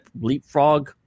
leapfrog